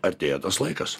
artėja tas laikas